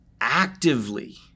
actively